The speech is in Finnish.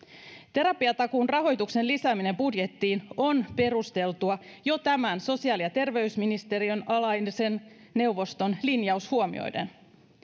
terapiatakuun rahoituksen lisääminen budjettiin on perusteltua jo tämän sosiaali ja terveysministeriön alaisen neuvoston linjaus huomioiden